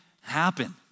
happen